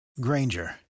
granger